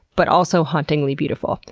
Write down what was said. but also hauntingly beautiful.